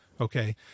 Okay